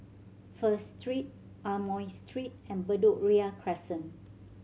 First Street Amoy Street and Bedok Ria Crescent